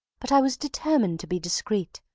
but i was determined to be discreet,